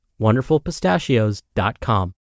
WonderfulPistachios.com